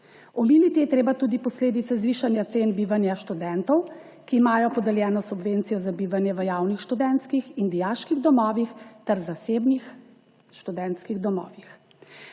Omeniti je treba tudi posledice zvišanja cen bivanja študentov, ki imajo podeljeno subvencijo za bivanje v javnih študentskih in dijaških domovih ter zasebnih študentskih domovih.